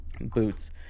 boots